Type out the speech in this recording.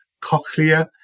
cochlea